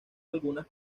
algunas